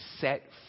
set